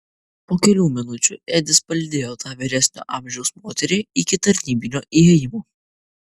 po kelių minučių edis palydėjo tą vyresnio amžiaus moterį iki tarnybinio įėjimo